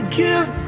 give